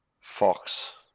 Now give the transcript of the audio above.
Fox